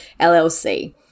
LLC